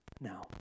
Now